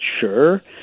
sure